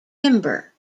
timber